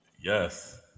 Yes